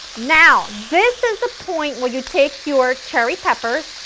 now this is the point where you take your cherry peppers,